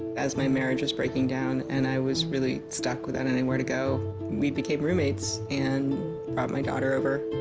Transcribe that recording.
as my marriage was breaking down and i was really stuck without anywhere to go we became roommates and brough my daughter over